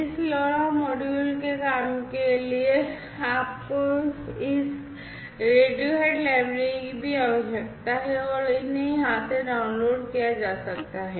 इस LoRa module के काम के लिए आपको इस रेडियोहेड लाइब्रेरी की भी आवश्यकता है और इन्हें यहां से डाउनलोड किया जा सकता है